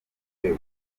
buryo